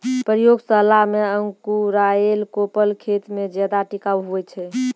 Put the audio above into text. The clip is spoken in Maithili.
प्रयोगशाला मे अंकुराएल कोपल खेत मे ज्यादा टिकाऊ हुवै छै